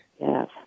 Yes